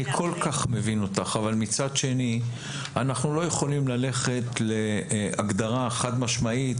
אני כל כך מבין אותך אבל מצד שני אנחנו לא יכולים ללכת להגדרה חד משמעית